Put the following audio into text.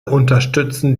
unterstützen